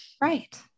Right